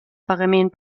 pagament